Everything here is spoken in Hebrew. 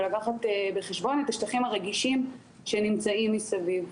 ולקחת בחשבון את השטחים הרגישים שנמצאים מסביב.